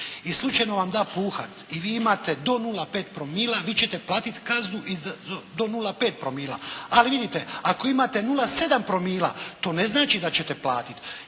i slučajno vam da puhati i vi imate do 0,5 promila vi ćete platiti kaznu do 0,5 promila. Ali vidite, ako imate 0,7 to ne znači da ćete platiti,